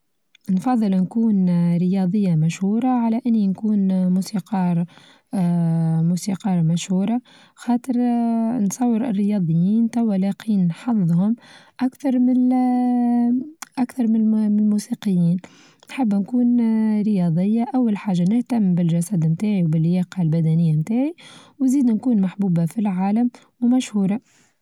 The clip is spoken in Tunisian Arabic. نفظل نكون رياضية مشهورة على إني نكون موسيقار آآ موسيقارة مشهورة خاطر آآ تصور الرياضيين توا لاقيين حظهم أكثر من ال آآ أكثر من الموسيقيين، نحب نكون آآ رياضية أول حاجة نهتم بالجسد متاعي وباللياقة البدنية متاعي ونزيد نكون محبوبة في العالم ومشهورة.